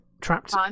trapped